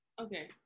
okay